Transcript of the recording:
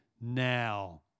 now